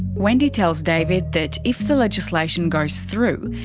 wendy tells david that if the legislation goes through,